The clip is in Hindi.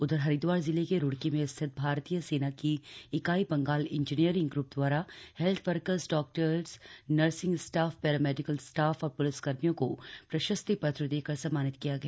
उधर हरिद्वार जिले के रुड़की में स्थित भारतीय सेना की इकाई बंगाल इंजीनियरिंग ग्र्प द्वारा health workers doctor nursing staff paramedical staff और प्लिसकर्मियों को प्रशस्ति पत्र देकर सम्मानित किया गया